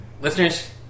Listeners